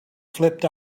flipped